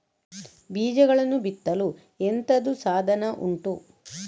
ಬೀಜಗಳನ್ನು ಬಿತ್ತಲು ಎಂತದು ಸಾಧನ ಉಂಟು?